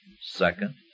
Second